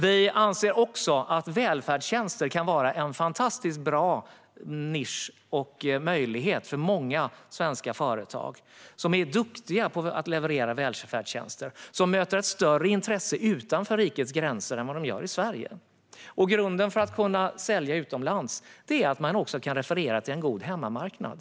Vi anser vidare att välfärdstjänster kan vara en fantastiskt bra nisch och möjlighet för många svenska företag som är duktiga på att leverera välfärdstjänster. De möter ett större intresse utanför rikets gränser än vad de gör i Sverige. Grunden för att kunna sälja utomlands är att man också kan referera till en god hemmamarknad.